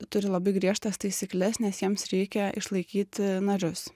turi labai griežtas taisykles nes jiems reikia išlaikyti narius